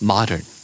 Modern